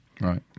Right